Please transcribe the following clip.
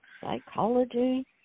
psychology